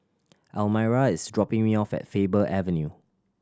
Almyra is dropping me off at Faber Avenue